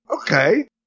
okay